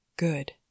Good